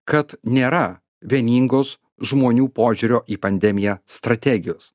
kad nėra vieningos žmonių požiūrio į pandemiją strategijos